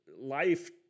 life